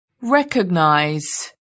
recognize